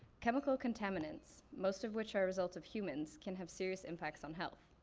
chemical contaminants, most of which are a result of humans, can have serious impacts on health.